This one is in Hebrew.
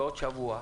בעוד שבוע,